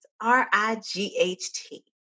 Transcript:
R-I-G-H-T